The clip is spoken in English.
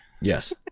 yes